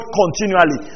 continually